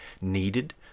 needed